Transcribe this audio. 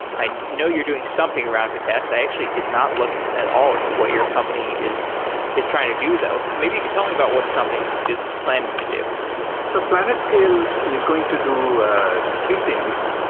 i know you're doing something around vitess. i actually did not look at all into what your company is is trying to do though. maybe you could tell me about what the companies is planning to do so planetscale is going to do three things.